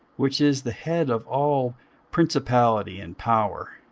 which is the head of all principality and power